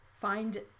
find